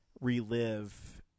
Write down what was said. relive